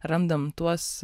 randam tuos